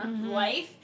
life